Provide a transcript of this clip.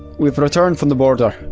we've returned from the border.